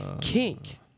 Kink